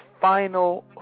final